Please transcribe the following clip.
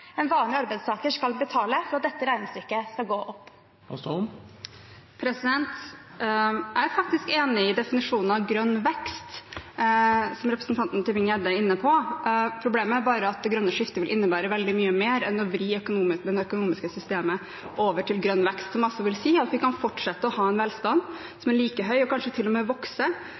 en vanlig arbeidstaker skal betale for at dette regnestykket skal gå opp. Jeg er faktisk enig i definisjonen av grønn vekst, som representanten Tybring-Gjedde er inne på. Problemet er bare at det grønne skiftet vil innebære veldig mye mer enn å vri det økonomiske systemet over til grønn vekst, som vil si at vi kan fortsette å ha en velstand som er like høy og kanskje til og med kan vokse